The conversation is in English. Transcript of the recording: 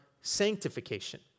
sanctification